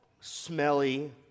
smelly